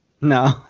No